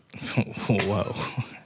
Whoa